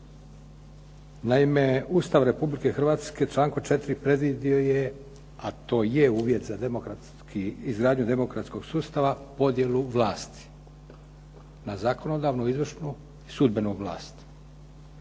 Naime, Ustav Republike Hrvatske u članku 4. predvidio je a to je uvjet za izgradnju demokratskog sustava podjelu vlasti na zakonodavnu, izvršnu i sudbenu vlast.